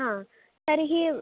ह तर्हि